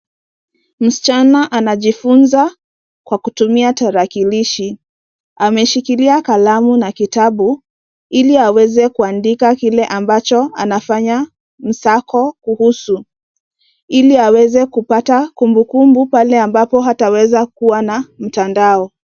Msichana anajifunza kwa kutumia tarakilishi. Ameshikilia kalamu na kitabu ili aweze kuandika kile ambacho anafanya msako kuhusu. Ili aweze kupata kumbukumbu pale ambapo hataweza kuwa na mtandao.